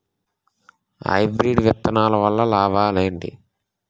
Hybrid విత్తనాలు వల్ల లాభాలు ఏంటి?